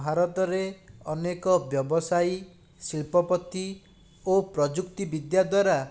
ଭାରତରେ ଅନେକ ବ୍ୟବସାୟୀ ଶିଲ୍ପପତି ଓ ପ୍ରଯୁକ୍ତି ବିଦ୍ୟା ଦ୍ୱାରା